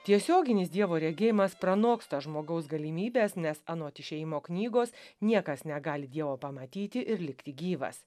tiesioginis dievo regėjimas pranoksta žmogaus galimybes nes anot išėjimo knygos niekas negali dievo pamatyti ir likti gyvas